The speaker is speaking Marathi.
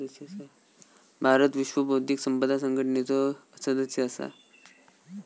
भारत विश्व बौध्दिक संपदा संघटनेचो सदस्य असा